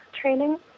training